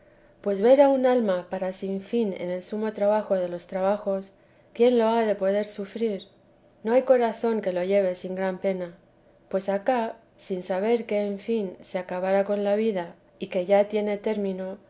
pues ver a un alma para sin fin en el sumo trabajo de los trabajos quién lo ha de poder sufrir no hay corazón que lo lleve sin gran pena pues acá con saber que en fin se acabará con la vida y que ya tiene término